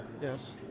Yes